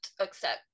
accept